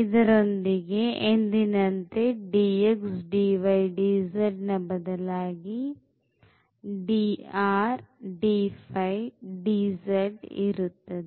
ಇದರೊಂದಿಗೆ ಎಂದಿನಂತೆ dx dy dz ನ ಬದಲಾಗಿ dr d d ಇರುತ್ತದೆ